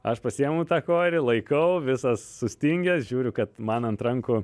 aš pasiimu tą korį laikau visas sustingęs žiūriu kad man ant rankų